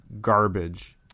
garbage